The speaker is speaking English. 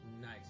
Nice